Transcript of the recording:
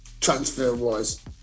transfer-wise